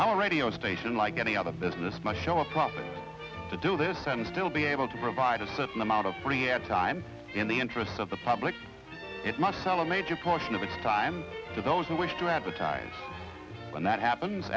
now a radio station like any other business might show a profit to do this and still be able to provide a certain amount of free ad time in the interests of the public it must sell a major portion of its time to those who wish to advertise when that happens